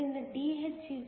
ಆದ್ದರಿಂದ Dh kTeh2